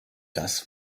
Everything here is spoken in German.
das